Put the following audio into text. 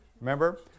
Remember